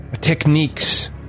techniques